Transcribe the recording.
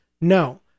No